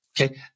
Okay